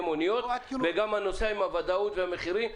מוניות וגם הנוסע עם הוודאות והמחירים.